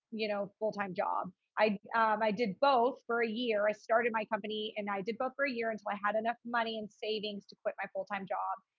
you know, full time job. i i did both for a year. i started my company and i did both for a year until i had enough money in savings to quit my full time job.